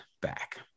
back